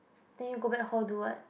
then you go back hall do what